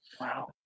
Wow